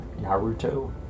Naruto